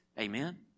Amen